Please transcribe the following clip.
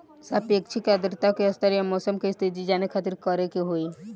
सापेक्षिक आद्रता के स्तर या मौसम के स्थिति जाने खातिर करे के होई?